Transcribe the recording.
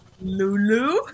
Lulu